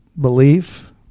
belief